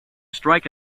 strike